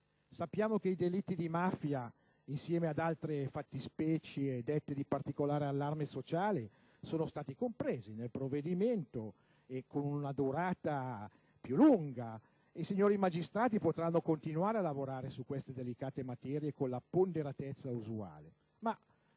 Sappiamo che i delitti di mafia, insieme ad altre fattispecie dette di particolare allarme sociale, sono stati compresi nel provvedimento con una durata più lunga. I signori magistrati potranno continuare a lavorare su queste vicende con la ponderatezza usuale;